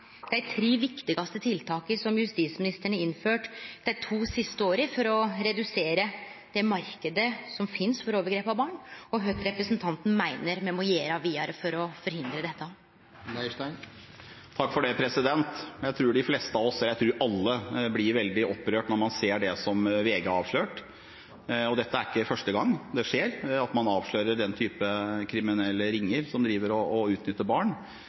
er dei tre viktigaste tiltaka som justisministeren har innført dei to siste åra for å redusere den marknaden som finst for overgrep mot barn, og kva representanten meiner me må gjere vidare for å forhindre dette. De fleste av oss – jeg tror alle – blir veldig opprørt når man ser det som VG har avslørt, og det er ikke første gang det skjer at man avslører den type kriminelle ringer som utnytter barn.